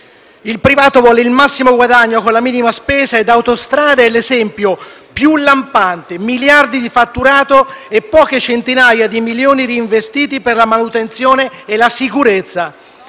Il privato vuole il massimo guadagno con la minima spesa ed Autostrade è l’esempio più lampante: miliardi di fatturato e poche centinaia di milioni di investimenti per la manutenzione e la sicurezza.